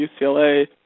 UCLA